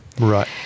Right